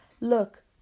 Look